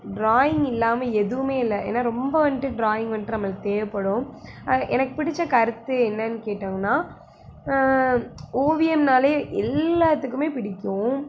drawing இல்லாமல் எதுவுமே இல்லை ஏன்னா ரொம்ப வந்துட்டு ட்ராயிங் வந்துட்டு நம்மளுக்கு தேவைப்படும் அது எனக்கு பிடித்த கருத்து என்னென்னு கேட்டாங்கன்னா ஓவியம்னாலே எல்லோத்துக்குமே பிடிக்கும்